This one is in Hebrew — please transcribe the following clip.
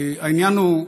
העניין הוא,